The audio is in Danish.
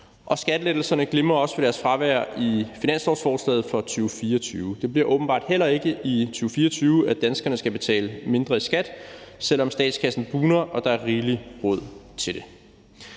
Skattelettelserne glimrer også ved deres fravær i finanslovsforslaget for 2024. Det bliver åbenbart heller ikke i 2024, at danskerne skal betale mindre i skat, selv om statskassen bugner og der er rigelig råd til det.